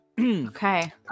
Okay